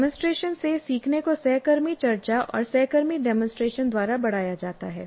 demonstration से सीखने को सहकर्मी चर्चा और सहकर्मी डेमोंसट्रेशन द्वारा बढ़ाया जाता है